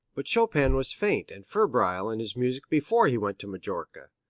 but chopin was faint and febrile in his music before he went to majorca,